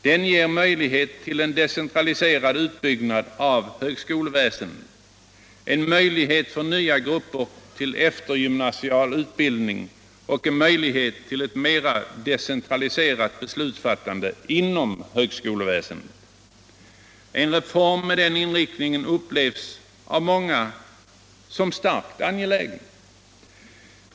Den ger möj lighet till en decentraliserad utbyggnad av högskoleväsendet, en möjlighet för nya grupper till eftergymnasial utbildning och en möjlighet till ett mera decentraliserat bestlutsfattande inom högskoleväsendet. En reform med den inriktningen upplevs av många som starkt angelägen.